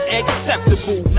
acceptable